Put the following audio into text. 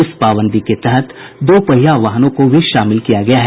इस पाबंदी के तहत दो पहिया वाहनों को भी शामिल किया गया है